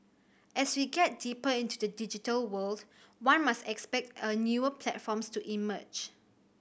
as we get deeper into the digital world one must expect a newer platforms to emerge